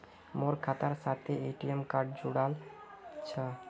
मोर खातार साथे ए.टी.एम कार्ड जुड़ाल छह